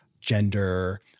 gender